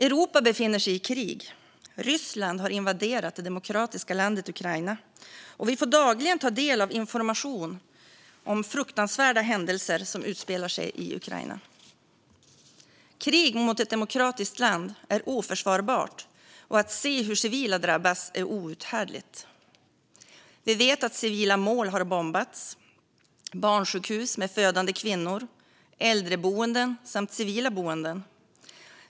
Europa befinner sig i krig. Ryssland har invaderat det demokratiska landet Ukraina, och vi får dagligen ta del av information om fruktansvärda händelser som utspelar sig i Ukraina. Krig mot ett demokratiskt land är oförsvarbart, och att se hur civila drabbats är outhärdligt. Vi vet att civila mål har bombats - barnsjukhus med födande kvinnor, äldreboenden och civila boenden.